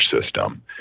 system